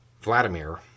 Vladimir